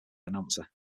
announcer